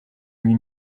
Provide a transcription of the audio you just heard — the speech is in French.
lui